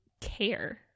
care